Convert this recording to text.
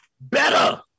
better